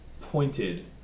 pointed